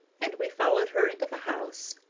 and we followed her into the house.